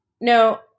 no